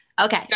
okay